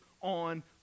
on